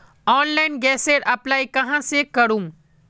Online गैसेर apply कहाँ से करूम?